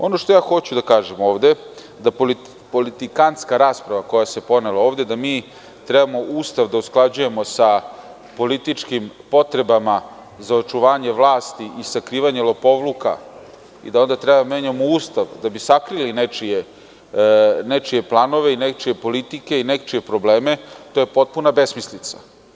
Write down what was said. Ono što hoću da kažem ovde, politikantska rasprava koja se povela ovde, jeste da mi trebamo Ustav da usklađujemo sa političkim potrebama za očuvanje vlasti i sakrivanje lopovluka i da treba da menjamo Ustav da bi sakrili nečije planove i nečije politike, i nečije probleme, je potpuna besmislica.